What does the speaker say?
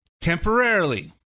Temporarily